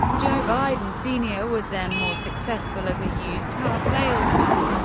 joe biden sr. was then more successful as a used car salesman,